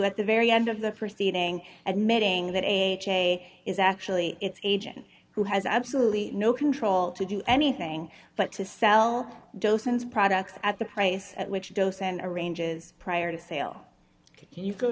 at the very end of the proceeding admitting that a j is actually its agent who has absolutely no control to do anything but to sell docents products at the price at which dose and arranges prior to sale can you go